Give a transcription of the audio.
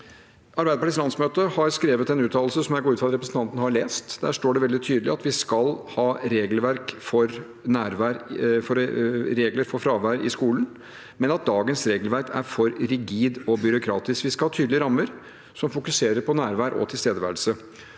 Arbeiderpartiets landsmøte har skrevet en uttalelse, som jeg går ut fra at representanten har lest. Der står det veldig tydelig at vi skal ha regler for fravær i skolen, men at dagens regelverk er for rigid og byråkratisk. Vi skal ha tydelige rammer som fokuserer på nærvær og tilstedeværelse.